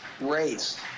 Race